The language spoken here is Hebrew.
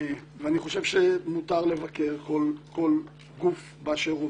אני חושב שמותר לבקר כל גוף באשר הוא,